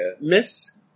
Miss